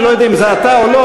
אני לא יודע אם זה אתה או לא,